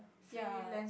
ya